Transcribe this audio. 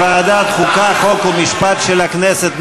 לוועדת החוקה, חוק ומשפט של הכנסת.